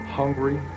hungry